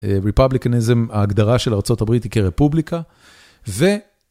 Republicanism, ההגדרה של ארצות הברית כרפובליקה ו...